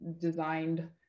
designed